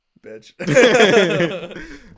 Bitch